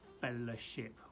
fellowship